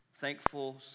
thankful